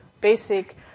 basic